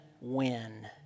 win